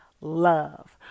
love